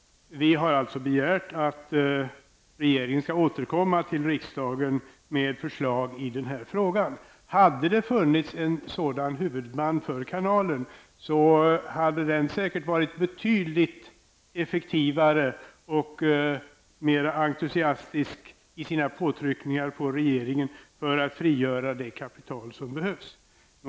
Vi har alltså begärt att regeringen skall återkomma till riksdagen med förslag i denna fråga. Hade det funnits en sådan huvudman för kanalen hade den säkert varit betydligt effektivare och mer entusiastisk i sina påtryckningar på regeringen för att frigöra det kapital som behövs.